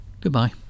Goodbye